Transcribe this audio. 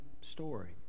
story